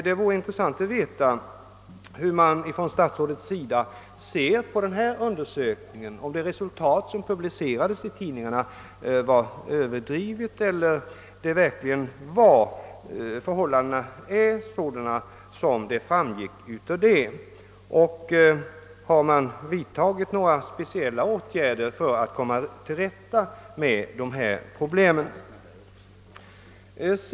Det vore intressant att få veta hur statsrådet ser på denna undersökning — om de resultat som publicerades i tidningarna var överdrivna eller om förhållandena verkligen återgavs sådana de var. Och har man vidtagit några speciella åtgärder för att komma till rätta med dessa problem?